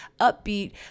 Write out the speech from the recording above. upbeat